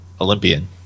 Olympian